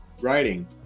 writing